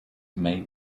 may